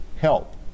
help